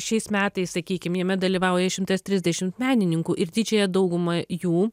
šiais metais sakykim jame dalyvauja šimtas trisdešimt menininkų ir didžiąją daugumą jų